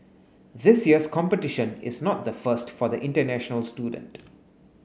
this year's competition is not the first for the international student